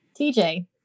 TJ